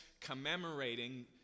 commemorating